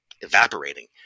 evaporating